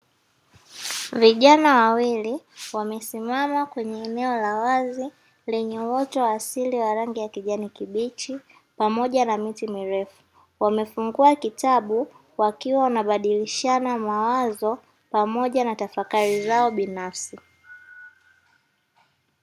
Vijana wawili wamesimama kwenye eneo la wazi lenye uoto wa asili wa rangi ya kijani kibichi pamoja na miti mirefu wamefungua kitabu wakiwa wanabadilishana mawazo pamoja na tafakari zao binafsi.